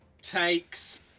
Takes